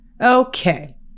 Okay